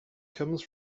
comes